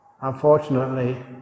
Unfortunately